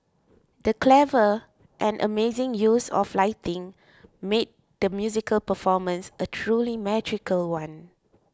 the clever and amazing use of lighting made the musical performance a truly magical one